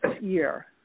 year